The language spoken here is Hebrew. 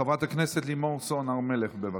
חברת הכנסת לימור סון הר מלך, בבקשה.